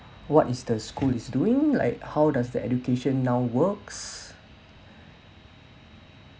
what is the school is doing like how does the education now works